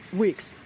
weeks